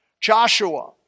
Joshua